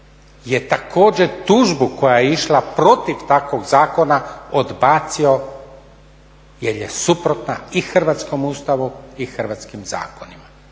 je također tužbu koja je išla protiv takvog zakona odbacio jer je suprotna i Hrvatskom ustavu i hrvatskim zakonima.